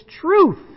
truth